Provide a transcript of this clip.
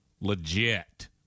Legit